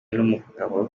n’umugabo